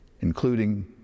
including